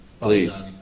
Please